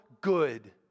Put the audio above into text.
good